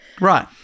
Right